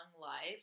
life